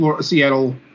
Seattle